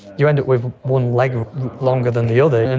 you end up with one leg longer than the other, and